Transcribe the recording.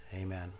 amen